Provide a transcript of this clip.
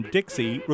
Dixie